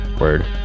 Word